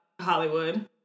Hollywood